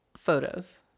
Photos